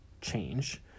change